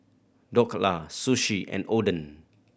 Dhokla Sushi and Oden